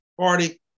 Party